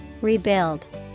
Rebuild